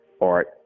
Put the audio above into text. art